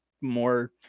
more